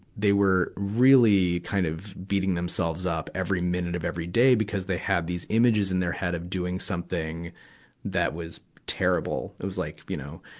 they were really kind of beating themselves up every minute of every day because they have these images in their head of doing something that was terrible. it was like, you know,